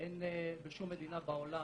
אין בשום מדינה בעולם,